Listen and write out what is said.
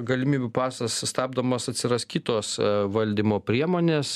galimybių pasas stabdomas atsiras kitos valdymo priemonės